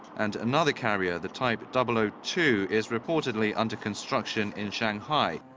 and another carrier the type type ah two is reportedly under construction in shanghai.